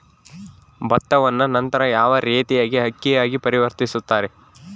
ಭತ್ತವನ್ನ ನಂತರ ಯಾವ ರೇತಿಯಾಗಿ ಅಕ್ಕಿಯಾಗಿ ಪರಿವರ್ತಿಸುತ್ತಾರೆ?